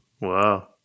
Wow